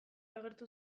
agertu